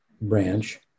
branch